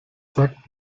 sagt